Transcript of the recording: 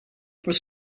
from